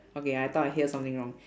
okay I thought I hear something wrong